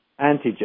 antigen